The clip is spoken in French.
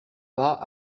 pas